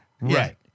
Right